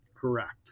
Correct